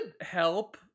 help